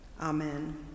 Amen